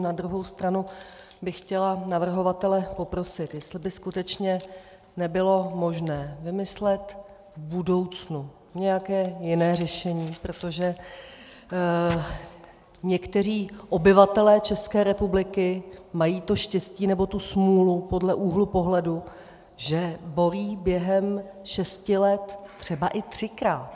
Na druhou stranu bych chtěla navrhovatele poprosit, jestli by skutečně nebylo možné vymyslet v budoucnu nějaké jiné řešení, protože někteří obyvatelé ČR mají to štěstí, nebo to smůlu, podle úhlu pohledu, že volí během šesti let třeba i třikrát.